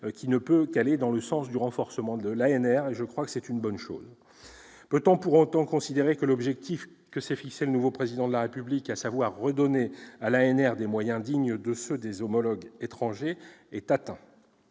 qui ne peut qu'aller dans le sens du renforcement de l'ANR. C'est une bonne chose. Peut-on pour autant considérer que l'objectif que s'est fixé le nouveau Président de la République, à savoir redonner à l'ANR des moyens dignes de ceux de ses homologues étrangers, est atteint ?